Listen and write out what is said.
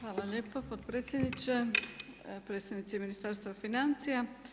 Hvala lijepo potpredsjedniče, predstavnici Ministarstva financija.